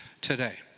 today